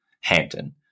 Hampton